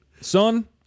Son